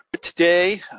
Today